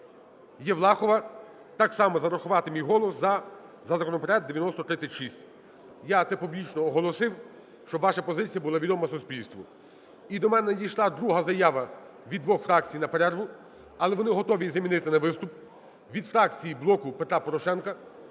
Євлахова так само: зарахувати мій голос за законопроект 9036. Я це публічно оголосив, щоб ваша позиція була відома суспільству. І до мене надійшла друга зава від двох фракцій на перерву, але вони готові замінити на виступ, від фракції "Блоку Петра Порошенка"